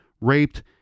raped